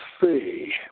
see